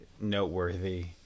noteworthy